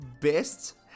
best